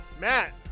Matt